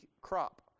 crop